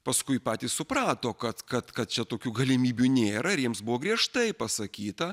paskui patys suprato kad kad kad čia tokių galimybių nėra ir jiems buvo griežtai pasakyta